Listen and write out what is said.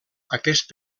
aquest